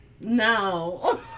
No